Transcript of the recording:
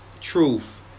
truth